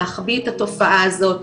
להחביא את התופעה הזאת,